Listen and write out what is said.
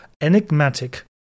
enigmatic